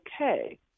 okay